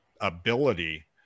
ability